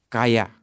Kaya